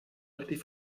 richtig